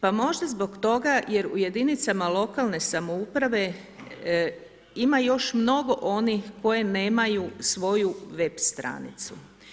Pa možda zbog toga jer u jedinicama lokalne samouprave ima još mnogo onih koji nemaju svoju web stranicu.